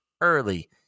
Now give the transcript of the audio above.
early